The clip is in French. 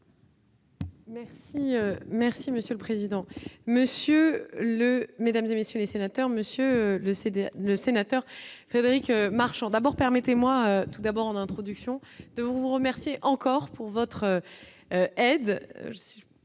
Merci, merci, monsieur le président, Monsieur le mesdames et messieurs les sénateurs, Monsieur le CDH, le sénateur. Frédéric Marchand d'abord permettez-moi tout d'abord en introduction de vous remercier encore pour votre aide,